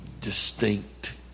distinct